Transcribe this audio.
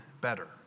better